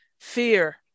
fear